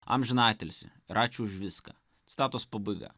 amžinatilsį ir ačiū už viską citatos pabaiga